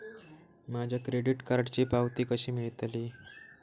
माझ्या क्रेडीट कार्डची पावती कशी मिळतली?